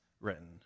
written